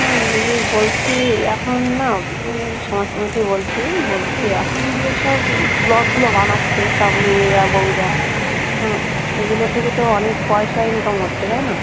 হ্যাঁ দিদি বলছি এখন না আমি সমাজকর্মী থেকে বলছি বলছি এখন যে সব ব্লগগুলো বানাচ্ছে সব মেয়েরা বউরা হ্যাঁ এগুলো থেকে তো অনেক পয়সা ইনকাম হচ্ছে তাই না